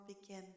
begin